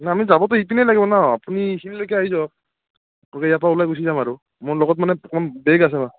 না আমি যাবতো ইপিনে লাগিব ন আপুনি এইখিনিলৈকে আহি যাওক ইয়াৰ পৰা গুচি যাম আৰু মোৰ লগত মানে অকণমান বেগ আছে